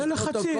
היו לחצים.